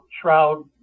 Shroud